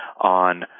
on